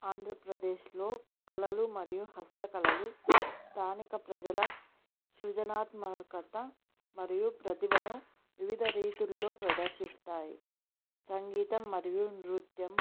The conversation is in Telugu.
ఆంధ్రప్రదేశ్లో కళలు మరియు హస్తకళలు స్థానిక ప్రజల సృజనాత్మకత మరియు ప్రతిభను వివిధ రీతుల్లో ప్రదర్శిస్తాయి సంగీతం మరియు నృత్యం